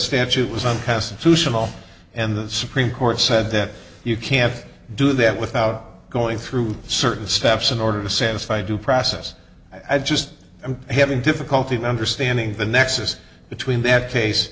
it was unconstitutional and the supreme court said that you can't do that without going through certain steps in order to satisfy due process i just i'm having difficulty in understanding the nexus between that